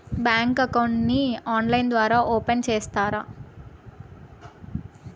Bank account ని online ద్వారా open సేస్తారా?